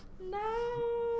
No